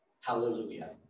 Hallelujah